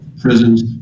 prisons